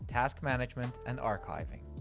task management, and archiving.